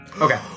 Okay